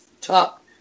top